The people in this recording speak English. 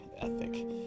ethic